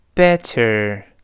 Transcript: better